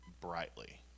brightly